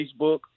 Facebook